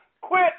quit